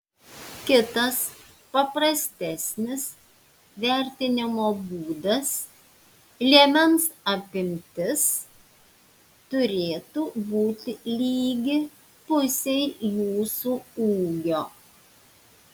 kitas paprastesnis vertinimo būdas liemens apimtis turėtų būti lygi pusei jūsų ūgio